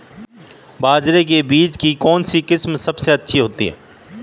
बाजरे के बीज की कौनसी किस्म सबसे अच्छी होती है?